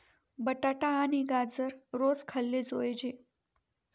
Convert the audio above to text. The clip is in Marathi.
बटाटा आणि गाजर रोज खाल्ले जोयजे